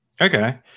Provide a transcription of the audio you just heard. Okay